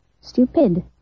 stupid